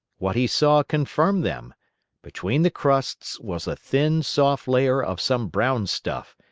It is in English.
what he saw confirmed them between the crusts was a thin, soft layer of some brown stuff,